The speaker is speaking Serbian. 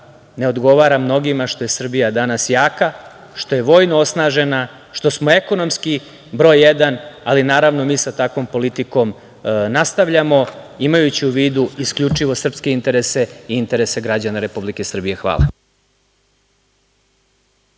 ne odgovara mnogima što je Srbija danas jaka, što je vojno osnažena, što smo ekonomski broj jedan. Naravno, mi sa takvom politikom nastavljamo, imajući u vidu isključivo srpske interese i interese građana Republike Srbije. Hvala.